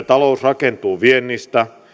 talous rakentuu viennistä